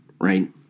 right